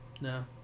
no